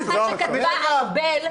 גם מה שכתבה ארבל,